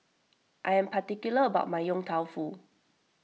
I am particular about my Yong Tau Foo